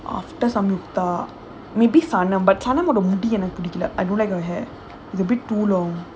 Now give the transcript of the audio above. after samyuktha maybe sanam but sanam எனக்கு பிடிக்கல:enakku pidikala I don't like her hair it's a bit too long